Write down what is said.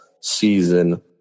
season